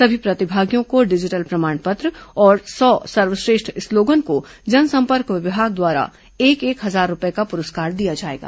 सभी प्रतिभागियों को डिजिटल प्रमाण पत्र और सौ सर्वश्रेष्ठ स्लोगन को जनसंपर्क विभाग द्वारा एक एक हजार रूपए का पुरस्कार दिया जाएगा